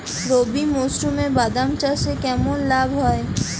রবি মরশুমে বাদাম চাষে কেমন লাভ হয়?